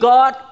God